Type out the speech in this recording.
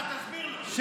אז תסביר לו.